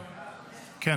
בבקשה.